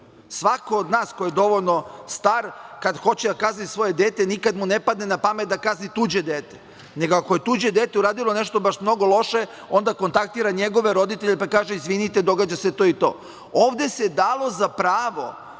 VS/JGSvako od nas koji je dovoljno star kada hoće da kazni svoje dete nikada mu ne padne na pamet da kazni tuđe dete, nego ako je tuđe dete uradilo nešto baš mnogo loše onda kontaktira njegove roditelje, pa kaže izvinite događa se to i to. Ovde se dalo za pravo